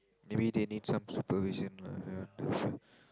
maybe they need some supervision lah